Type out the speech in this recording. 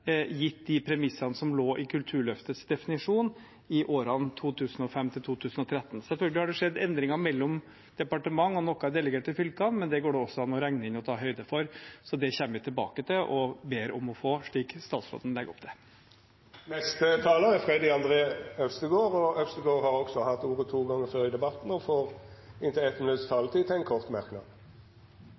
gitt de premissene som lå i Kulturløftets definisjon i årene 2005–2013. Selvfølgelig har det skjedd endringer mellom departement, og noe er delegert til fylkene, men det går det også an å regne inn og ta høyde for, så det kommer vi tilbake til og ber om å få, slik statsråden legger opp til. Representanten Freddy André Øvstegård har hatt ordet to gonger tidlegare og får ordet til ein kort merknad,